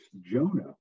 Jonah